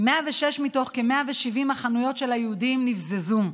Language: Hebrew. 106 מתוך כ-170 החנויות של היהודים נבזזו,